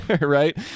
right